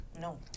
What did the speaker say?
No